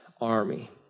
army